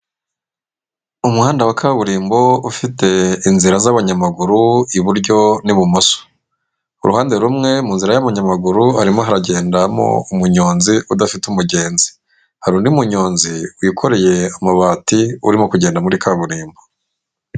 Umuhanda wa kaburimbo ufite inzira z'abanyamaguru iburyo n'ibumoso. Ku ruhande rumwe mu nzira y'abanyamaguru harimo haragendamo umunyonzi udafite umugenzi. Hari undi munyonzi wikoreye amabati urimo kugenda muri kaburimbo.